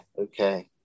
okay